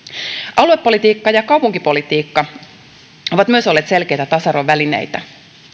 aluepolitiikka ja kaupunkipolitiikka ovat myös olleet selkeitä tasa arvon välineitä